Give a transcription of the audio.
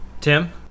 Tim